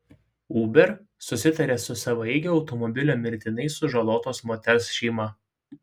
uber susitarė su savaeigio automobilio mirtinai sužalotos moters šeima